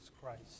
Christ